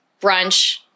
brunch